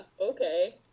okay